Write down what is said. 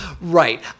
Right